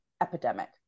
epidemic